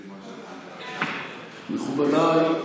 מכובדיי,